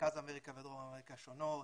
מרכז אמריקה ודרום אמריקה שונות,